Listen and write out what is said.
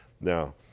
Now